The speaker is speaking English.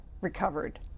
recovered